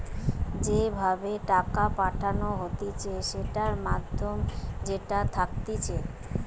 যে ভাবে টাকা পাঠানো হতিছে সেটার মাধ্যম যেটা থাকতিছে